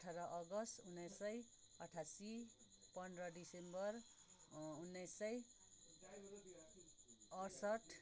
अठार अगस्ट उन्नाइस सय अठासी पन्ध्र डिसेम्बर उन्नाइस सय अठसट्ठी